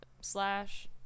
slash